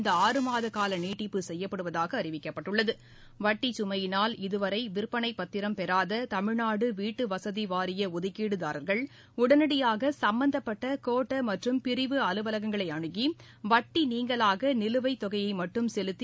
இந்த ஆறு மாத கால நீட்டிப்பு செய்யப்படுவதாக அறிவிக்கப்பட்டுள்ளது வட்டி சுமையினால் இதுவரை விற்பனை பத்திரம் பெறாத தமிழ்நாடு வீட்டுவசதி வாரிய ஒதுக்கீடு தாரர்கள் உடனடியாக சும்பந்தப்பட்ட கோட்ட மற்றும் பிரிவு அலுவலகங்களை அணுகி வட்டி நீங்கலாக நிலுவை தொகையை மட்டும் செலுத்தி